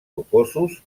rocosos